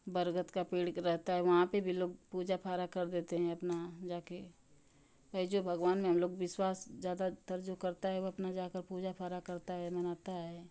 बरगद का पेड़ भी रहता है वहां पे भी लोग पूजा फारा कर देते हैं अपना जाके जो भगवान में हम लोग विश्वास ज़्यादातर जो करता है वह अपने जाकर पूजा फारा करता है मनाता है